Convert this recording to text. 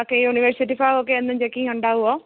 okay university ഭാഗമൊക്കെ എന്നും checking ഉണ്ടാവുമോ